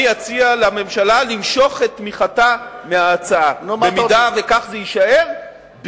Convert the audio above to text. אני אציע לממשלה למשוך את תמיכתה מההצעה אם כך זה יישאר,